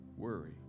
worry